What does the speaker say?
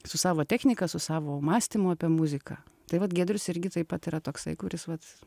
su savo technika su savo mąstymu apie muziką tai vat giedrius irgi taip pat yra toksai kuris vat